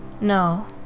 No